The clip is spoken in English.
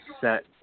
set